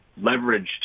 leveraged